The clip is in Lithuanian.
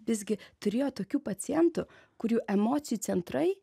visgi turėjo tokių pacientų kurių emocijų centrai